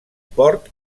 port